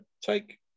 take